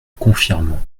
confirme